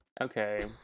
Okay